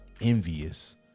envious